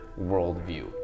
worldview